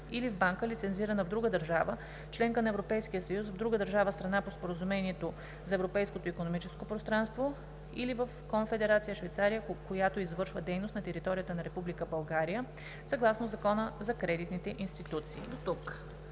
или в банка, лицензирана в друга държава – членка на Европейския съюз, в друга държава – страна по Споразумението за Европейското икономическо пространство, или в Конфедерация Швейцария, която извършва дейност на територията на Република България съгласно Закона за кредитните институции“.